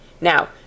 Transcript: Now